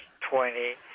twenty